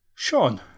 Sean